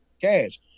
cash